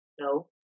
No